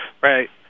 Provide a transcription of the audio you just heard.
Right